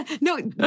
no